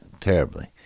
terribly